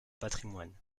patrimoine